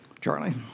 Charlie